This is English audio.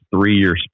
three-year